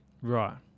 Right